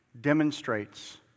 demonstrates